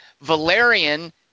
Valerian